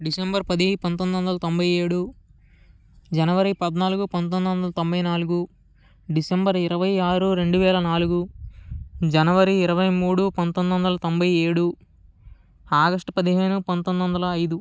December పది పంతోమిది వందల తొంభై ఏడు జనవరి పదనాలుగు పంతోమిది వందల తొంభై నాలుగు డిసెంబర్ ఇరవై ఆరు రెండు వేల నాలుగు జనవరి ఇరవై మూడు పంతోమిది వందల తొంభై ఏడు ఆగస్టు పదిహేను పంతోమిది వందల ఐదు